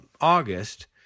August